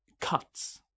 cuts